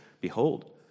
Behold